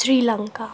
Sri Lanka